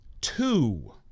two